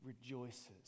rejoices